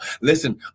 Listen